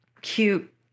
cute